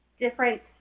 different